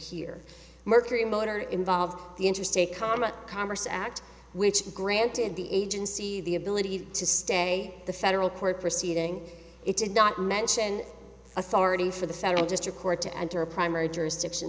here mercury motor involved the interstate commerce commerce act which granted the agency the ability to stay the federal court proceeding it did not mention authority for the federal district court to enter a primary jurisdiction